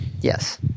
Yes